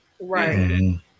Right